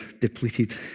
depleted